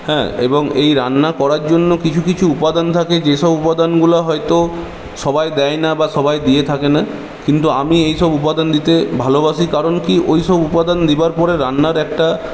হ্যাঁ এবং এই রান্না করার জন্য কিছু কিছু উপাদান থাকে যেসব উপাদানগুলো হয়তো সবাই দেয়না বা সবাই দিয়ে থাকে না কিন্তু আমি এইসব উপাদান দিতে ভালোবাসি কারণ কি ওইসব উপাদান দিবার পরে রান্নার একটা